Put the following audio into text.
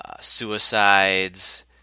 suicides